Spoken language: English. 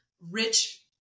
rich